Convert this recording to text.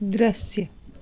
दृश्य